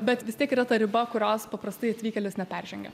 bet vis tiek yra ta riba kurios paprastai atvykėlis neperžengia